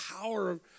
power